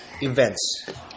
events